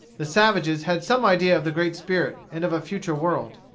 the savages had some idea of the great spirit and of a future world.